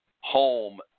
home